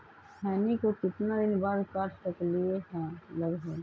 खैनी को कितना दिन बाद काट सकलिये है लगभग?